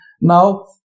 now